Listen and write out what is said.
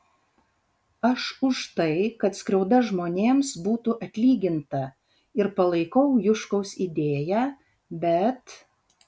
aš už tai kad skriauda žmonėms būtų atlyginta ir palaikau juškaus idėją bet